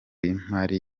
y’imari